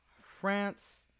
France